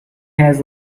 has